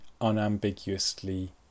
unambiguously